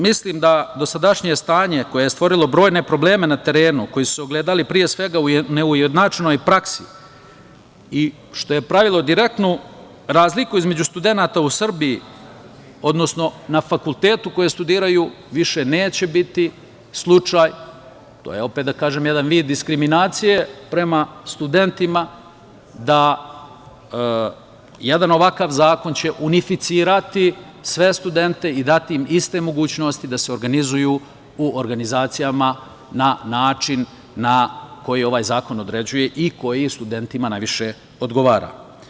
Mislim da dosadašnje stanje koje je stvorilo brojne probleme na terenu, koji su se ogledali, pre svega, u neujednačenoj praksi, što je pravilo direktnu razliku između studenata u Srbiji, odnosno na fakultetu koji studiraju više neće biti slučaj, to je opet, da kažem, jedan vid diskriminacije prema studentima, jedan ovakav zakon će unificirati sve studente i dati im iste mogućnosti da se organizuju u organizacijama na način koji ovaj zakon određuje i koji studentima najviše odgovara.